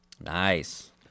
nice